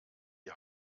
die